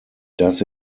does